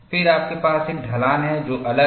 फिर आपके पास एक ढलान है जो अलग है